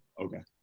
okay.